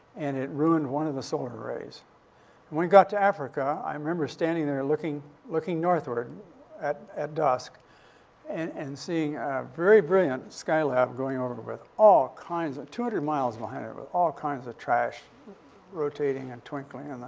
and it ruined one of the solar rays. when we got to africa, i remember standing there and looking northward at at dusk and and seeing a very brilliant skylab going over with all kinds of two hundred miles behind it, with all kinds of trash rotating and twinkling.